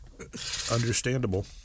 Understandable